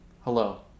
hello